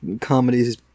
comedies